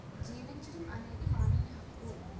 జీవించడం అనేది మానవుని హక్కు